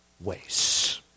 ways